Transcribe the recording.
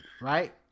right